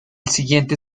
siguiente